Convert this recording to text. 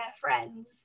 friends